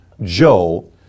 Joe